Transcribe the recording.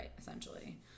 essentially